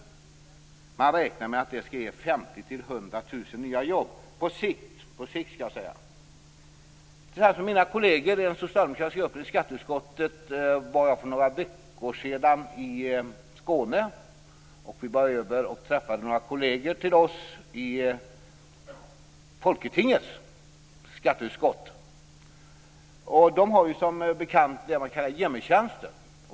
Man räknar med att det på sikt ger Jag har träffat mina kolleger i skatteutskottets socialdemokratiska grupp i det danska folketinget. För några veckor sedan var jag nämligen i Skåne. Vi åkte då över till Danmark och träffade några kolleger. De har, som bekant, vad som kallas för hjemme-tjänster.